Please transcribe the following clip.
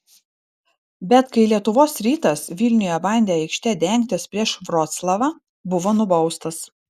bet kai lietuvos rytas vilniuje bandė aikšte dengtis prieš vroclavą buvo nubaustas